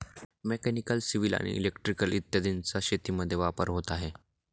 mechanical, civil आणि electrical इत्यादींचा शेतीमध्ये वापर होत आहे